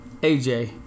AJ